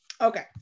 okay